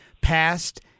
passed